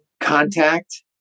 contact